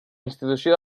institució